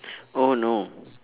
oh no